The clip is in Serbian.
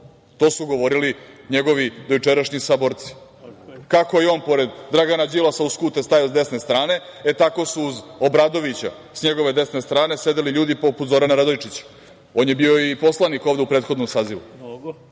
to su govorili njegovi dojučerašnji saborci. Kako je on pored Dragana Đilasa, uz skute stajao sa desne strane, e tako su uz Obradovića sa njegove desne strane sedeli ljudi poput Zorana Radojčića, on je bio i poslanik ovde u prethodnom sazivu.